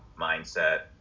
mindset